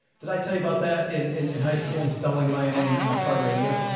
did i tell you about that in high school, installing my own car radio?